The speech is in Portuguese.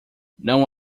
não